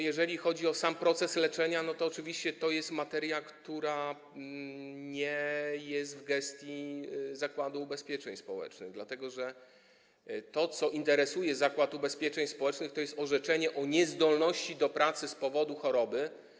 Jeżeli chodzi o sam proces leczenia, to oczywiście to jest materia, która nie jest w gestii Zakładu Ubezpieczeń Społecznych, dlatego że to, co interesuje Zakład Ubezpieczeń Społecznych, to jest orzeczenie o niezdolności do pracy z powodu choroby.